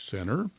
Center